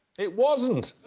it wasn't!